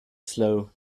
slow